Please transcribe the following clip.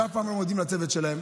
ואף פעם לא מודים לצוות שלהן.